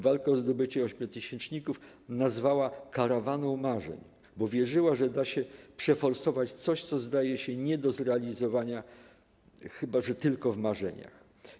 Walkę o zdobycie ośmiotysięczników nazwała 'Karawaną do marzeń', bo wierzyła, że da się 'przeforsować coś, co zdaje się do zrealizowania tylko w marzeniach'